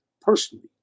personally